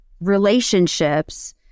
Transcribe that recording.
relationships